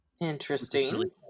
Interesting